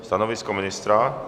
Stanovisko ministra?